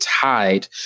tied